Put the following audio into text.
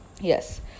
yes